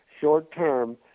short-term